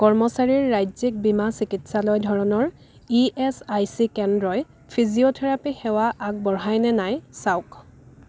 কৰ্মচাৰীৰ ৰাজ্যিক বীমা চিকিৎসালয় ধৰণৰ ই এচ আই চি কেন্দ্ৰই ফিজিঅ'থেৰাপী সেৱা আগবঢ়ায় নে নাই চাওক